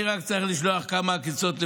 אני רק צריך לשלוח כמה עקיצות.